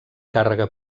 càrrega